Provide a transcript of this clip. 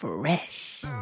Fresh